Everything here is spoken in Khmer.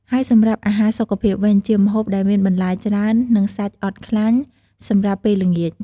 ហើយសម្រាប់អាហារសុខភាពវិញ ជាម្ហូបដែលមានបន្លែច្រើន និងសាច់អត់ខ្លាញ់ សម្រាប់ពេលល្ងាច។